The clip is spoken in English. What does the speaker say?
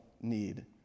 need